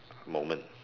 moment